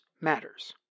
matters